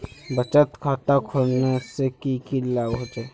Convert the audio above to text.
बचत खाता खोलने से की की लाभ होचे?